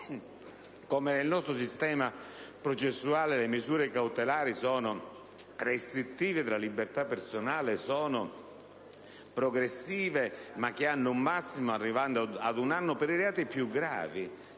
come, nel nostro sistema processuale, le misure cautelari siano restrittive della libertà personale, siano progressive ma con un limite massimo, arrivando ad un anno per i reati più gravi,